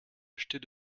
acheter